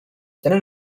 then